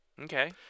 Okay